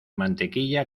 mantequilla